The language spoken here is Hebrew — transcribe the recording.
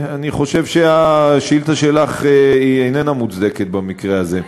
אני חושב שהשאילתה שלך איננה מוצדקת במקרה הזה.